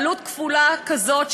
בעלות כפולה כזאת,